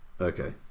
Okay